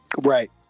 Right